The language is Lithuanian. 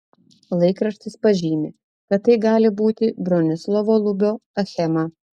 laikraštis pažymi kad tai gali būti bronislovo lubio achema